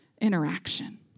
interaction